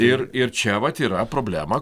ir ir čia vat yra problema